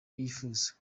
yifuza